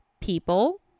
people